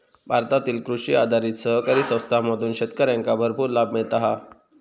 भारतातील कृषी आधारित सहकारी संस्थांमधून शेतकऱ्यांका भरपूर लाभ मिळता हा